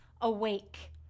awake